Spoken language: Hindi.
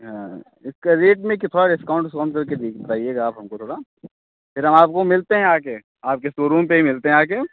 हाँ इसका रेट में की थोड़ा डिस्काउंट उसकाउंट करके रेट बताईये आप थोड़ा फिर हम आपको मिलते हैं आके आपके सोरूम पर ही मिलते हैं आके